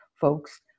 folks